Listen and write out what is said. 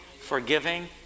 forgiving